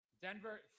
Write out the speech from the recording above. Denver